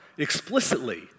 explicitly